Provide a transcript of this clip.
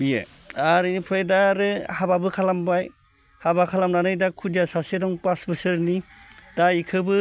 बियो आर इनिफ्राय दा आरो हाबाबो खालामबाय हाबा खालामनानै दा खुदिया सासे दं पास बोसोरनि दा इखोबो